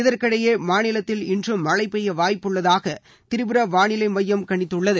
இதற்கிடையே மாநிலத்தில் இன்றும் மழை பெய்ய வாய்ப்புள்ளதாக திரிபுரா வானிலை மையம் கணித்துள்ளது